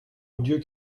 odieux